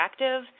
interactive